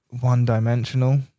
one-dimensional